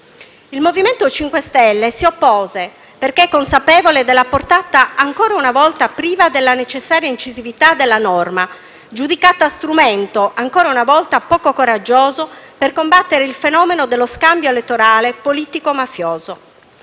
Il MoVimento 5 Stelle si oppose perché consapevole della portata ancora una volta priva della necessaria incisività della norma, giudicata strumento ancora una volta poco coraggioso per combattere il fenomeno dello scambio elettorale politico-mafioso.